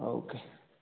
okay